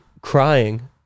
crying